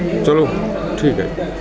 ਚਲੋ ਠੀਕ ਹੈ